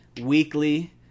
weekly